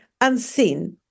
unseen